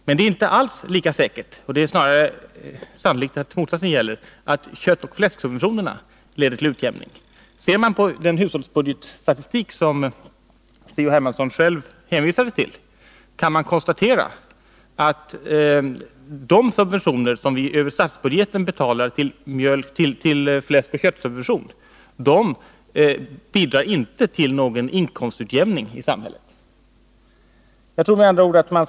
Men det är inte alls lika säkert — det är snarare sannolikt att motsatsen gäller — att köttoch fläsksubventioner leder till utjämning. Ser man på den hushållsbudgetstatistik som C.-H. Hermansson själv hänvisade till kan man konstatera att de pengar som via statsbudgeten går till köttoch fläsksubventioner inte bidrar till någon inkomstutjämning i samhället. Jag tror med andra ord att C.-H.